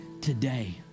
today